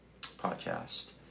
podcast